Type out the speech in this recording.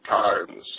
times